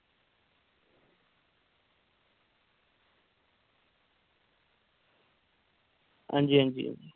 अंजी अंजी